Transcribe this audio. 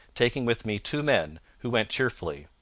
taking with me two men, who went cheerfully.